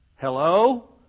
Hello